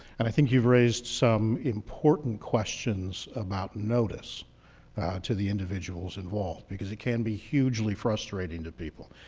and i think you've raised some important questions about notice to the individuals involved, because it can be hugely frustrating to people.